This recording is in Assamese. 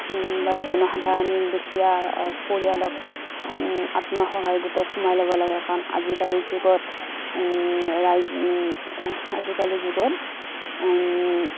বা জনসাধাৰণ দুখীয়া পৰিয়ালক আত্মসহায় গোটত সোমাই ল'ব লাগে কাৰণ আজিকালিৰ যুগত ৰাইজ আজিকালিৰ যুগত